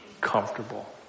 comfortable